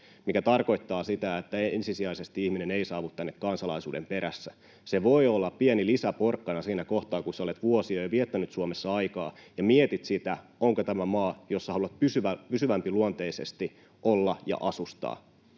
mikä tarkoittaa sitä, että ensisijaisesti ihminen ei saavu tänne kansalaisuuden perässä. Se voi olla pieni lisäporkkana siinä kohtaa, kun olet vuosia jo viettänyt Suomessa aikaa ja mietit sitä, onko tämä maa, jossa haluat pysyvämpiluonteisesti olla ja asustaa,